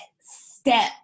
step